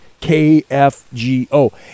KFGO